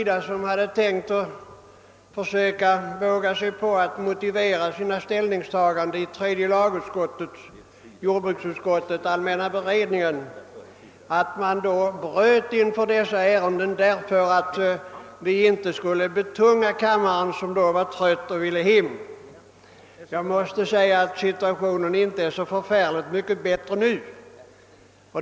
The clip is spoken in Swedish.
De som hade tänkt att försöka våga sig på att motivera sina ställningstaganden i tredje lagutskottet, jordbruksutskottet och allmänna beredningsutskottet kände nog en viss tacksamhet i natt över att man bröt före dessa ärenden för att inte kammarledamöterna, som då var trötta och ville hem, skulle betungas. Jag måste säga att situationen inte är så mycket bättre nu.